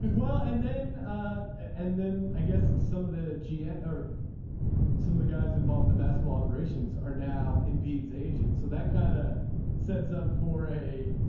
well and then and then i guess some of the gm or some of the guys involved in the basketball operations are now impedes agent. so that kind of ah sets up for a.